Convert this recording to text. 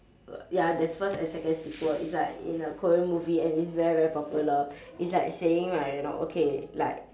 ya there's first and second sequel it's like in a korean movie and it's very very popular it's like saying right you know okay like